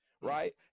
Right